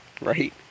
Right